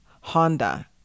Honda